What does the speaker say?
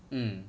mm